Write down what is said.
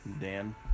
Dan